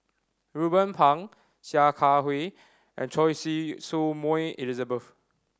Ruben Pang Sia Kah Hui and Choy Su Moi Elizabeth